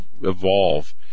evolve